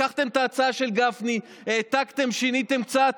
לקחתם את ההצעה של גפני, העתקתם, שיניתם קצת.